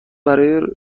برای